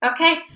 Okay